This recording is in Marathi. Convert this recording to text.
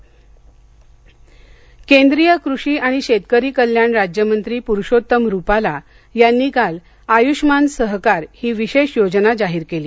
आयष्यमान सहकार केंद्रीय कृषी आणि शेतकरी कल्याण राज्यमंत्री पुरूषोत्तम रूपाला यांनी काल आयुष्मान सहकार ही विशेष योजना जाहीर केली